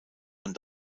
und